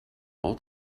ort